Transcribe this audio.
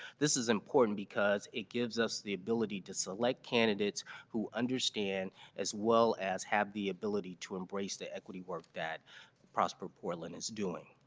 this is important because it gives us the ability to select candidates who understand as well as have the ability to embrace the equity work that prosper portland is doing.